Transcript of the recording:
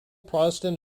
protestant